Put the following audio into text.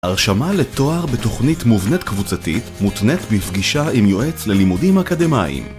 הרשמה לתואר בתוכנית מובנית קבוצתית מותנית בפגישה עם יועץ ללימודים אקדמאיים.